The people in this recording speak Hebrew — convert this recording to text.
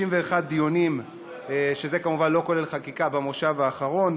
51 דיונים, שזה כמובן לא כולל חקיקה במושב האחרון.